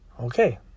Okay